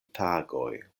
tagoj